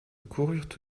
coururent